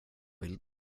vill